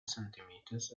centimetres